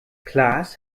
klaas